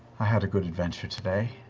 had a good adventure today.